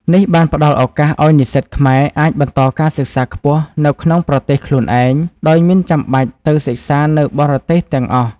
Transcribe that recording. នេះបានផ្តល់ឱកាសឱ្យនិស្សិតខ្មែរអាចបន្តការសិក្សាខ្ពស់នៅក្នុងប្រទេសខ្លួនឯង ដោយមិនចាំបាច់ទៅសិក្សានៅបរទេសទាំងអស់។